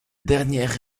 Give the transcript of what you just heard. dernière